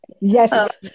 Yes